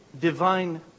Divine